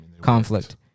conflict